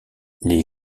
les